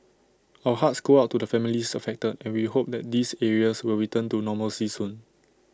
our hearts go out to the families affected and we hope that these areas will return to normalcy soon